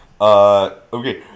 Okay